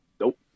Nope